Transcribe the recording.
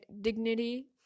dignity